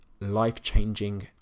life-changing